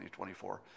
2024